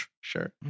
Sure